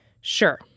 Sure